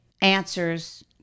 answers